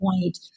point